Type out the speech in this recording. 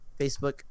facebook